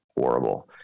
horrible